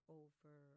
over